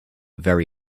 very